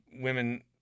women